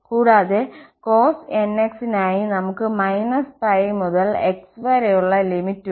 കൂടാതെ cosnx നായി നമുക്ക് −π മുതൽ x വരെയുള്ള ലിമിറ്റ് ഉണ്ട്